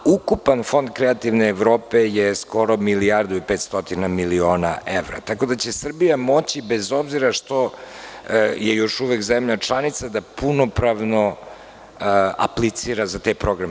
Ukupan fond kreativne Evrope je skoro milijardu i 500 miliona evra, tako da će Srbija moći bez obzira što je još uvek zemlja članica da punopravno aplicira za te programe.